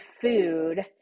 food